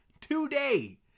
today